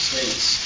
States